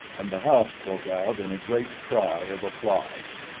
and the house broke out in a great cry of applause.